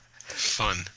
fun